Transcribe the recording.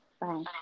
Bye